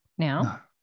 Now